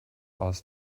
aus